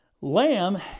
lamb